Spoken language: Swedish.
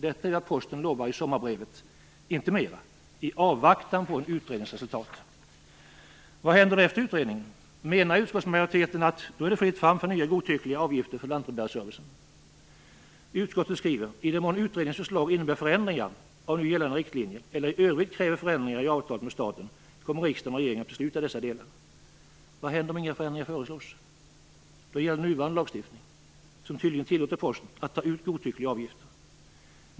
Detta är vad Posten lovar i sommarbrevet, inte mera - i avvaktan på utredningens resultat. Vad händer efter utredningen? Menar utskottsmajoriteten att det då är fritt fram för nya godtyckliga avgifter för lantbrevbärarservicen? Utskottet skriver: "I den mån utredningens förslag innebär förändringar av nu gällande riktlinjer eller i övrigt kräver förändringar i avtalet med staten kommer riksdagen och regeringen att besluta i dessa delar." Vad händer om inga förändringar föreslås? Då gäller nuvarande lagstiftning, som tydligen tillåter Posten att ta ut godtyckliga avgifter.